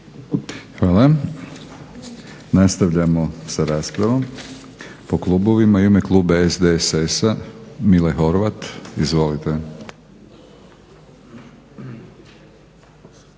Hvala. Nastavljamo sa raspravom po klubovima. U ime kluba SDSS-a Mile Horvat. Izvolite.